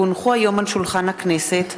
כי הונחו היום על שולחן הכנסת,